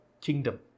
kingdom